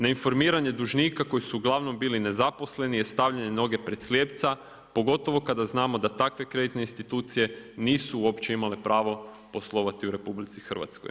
Neinformiranje dužnika koji su uglavnom bili nezaposleni je stavljanje noge pred slijepca pogotovo kada znamo da takve kreditne institucije nisu uopće imale pravo poslovati u RH.